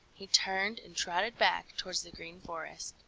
he turned and trotted back towards the green forest.